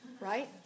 Right